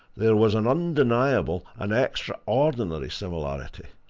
there was an undeniable, an extraordinary similarity,